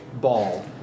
ball